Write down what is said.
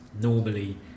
normally